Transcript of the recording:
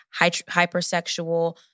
hypersexual